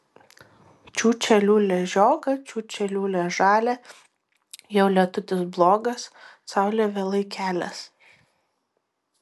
čiūčia liūlia žiogą čiūčia liūlia žalią jau lietutis blogas saulė vėlai kelias